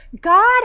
god